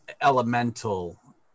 elemental